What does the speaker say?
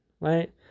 right